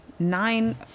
Nine